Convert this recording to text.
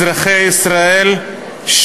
אזרחי ישראל,